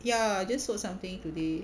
ya just sold something today